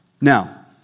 Now